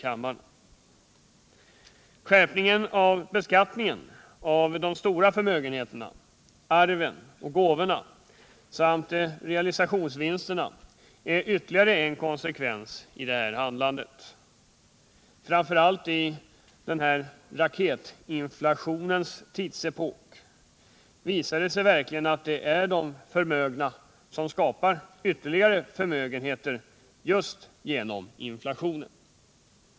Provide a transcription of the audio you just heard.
Förslagen om skärpning av beskattningen av de stora förmögenheterna, arven och gåvorna samt realisationsvinsterna är ytterligare en konsekvens av denna vår inställning. Framför allt i denna raketinflationens tidsepok visar det sig verkligen att det är de förmögna som skapar ytterligare förmögenheter just genom inflationen.